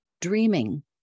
dreaming